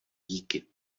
díky